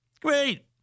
Great